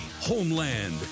Homeland